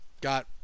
got